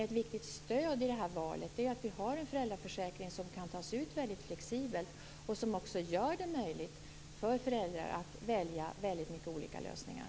Ett viktigt stöd i valet är en föräldraförsäkring som är flexibel och som gör det möjligt för föräldrar att välja olika lösningar.